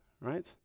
right